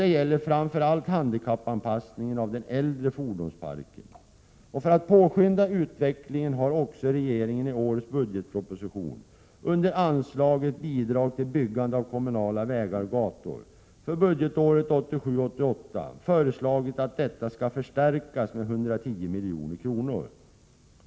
Det gäller framför allt handikappanpassningen av den äldre fordonsparken. För att påskynda utvecklingen har också regeringen i årets budgetproposition under anslaget Bidrag till byggande av kommunala vägar och gator för budgetåret 1987/88 föreslagit att bidraget skall förstärkas med 110 milj.kr.